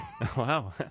Wow